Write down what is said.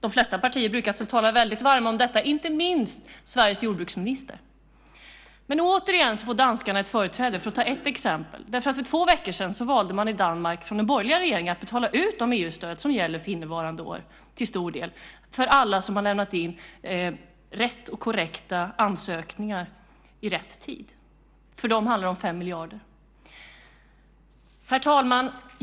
De flesta partier brukar tala sig varma för detta, inte minst Sveriges jordbruksminister. Men återigen får danskarna ett företräde. Ett exempel: För två veckor sedan valde den borgerliga regeringen i Danmark att till stor del betala ut de EU-stöd som gäller för innevarande år för alla som har lämnat in korrekta ansökningar i rätt tid. För dem handlar det om 5 miljarder. Herr talman!